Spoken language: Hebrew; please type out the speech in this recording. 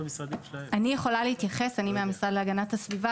אני מהמשרד להגנת הסביבה.